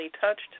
touched